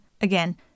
Again